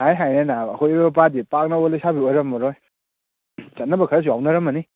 ꯍꯥꯏ ꯍꯥꯏꯅ ꯅꯥꯕ ꯑꯩꯈꯣꯏ ꯂꯨꯞꯇꯗꯤ ꯄꯥꯛꯅꯕꯨ ꯂꯩꯁꯥꯕꯤ ꯑꯣꯏꯔꯝꯃꯔꯣꯏ ꯆꯠꯅꯕ ꯈꯔꯁꯨ ꯌꯥꯎꯅꯔꯝꯃꯅꯤ